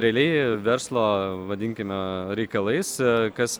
realiai verslo vadinkime reikalais kas